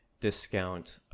discount